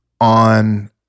on